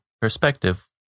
perspective